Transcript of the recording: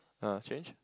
uh change